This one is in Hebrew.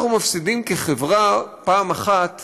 אנחנו מפסידים כחברה פעם אחת